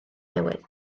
newydd